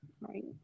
Right